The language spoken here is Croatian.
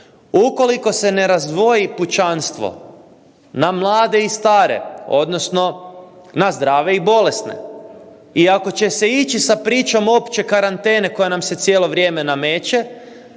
Ukoliko se ne razdvoji pučanstvo na mlade i stare, odnosno na zdrave i bolesne i ako će se ići sa pričom opće karantene koja nam se cijelo vrijeme nameće,